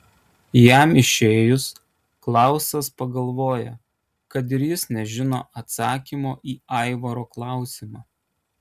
jam išėjus klausas pagalvoja kad ir jis nežino atsakymo į aivaro klausimą